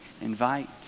invite